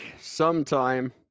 sometime